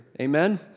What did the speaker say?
amen